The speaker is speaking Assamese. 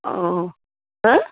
অঁ হা